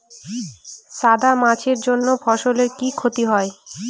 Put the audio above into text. সাদা মাছির জন্য ফসলের কি ক্ষতি হয়?